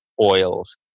oils